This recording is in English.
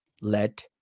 let